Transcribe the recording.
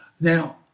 Now